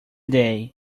day